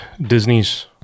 Disney's